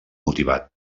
motivat